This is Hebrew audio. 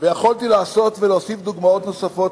ויכולתי להוסיף דוגמאות נוספות.